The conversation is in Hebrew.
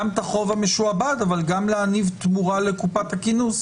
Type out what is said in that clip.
את החוב המשועבד אבל גם להניב תמורה לקופת הכינוס